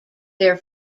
their